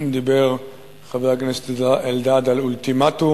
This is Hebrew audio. דיבר חבר הכנסת אלדד על אולטימטום.